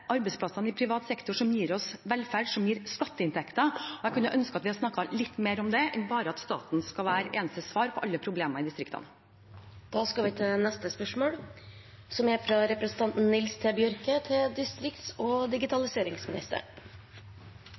arbeidsplassene i privat sektor som gir oss velferd, som gir skatteinntekter, og jeg kunne ønsket at vi hadde snakket litt mer om det enn bare om at staten skal være eneste svar på alle problemer i distriktene.